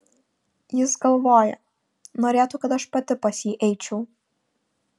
jis galvoja norėtų kad aš pati pas jį eičiau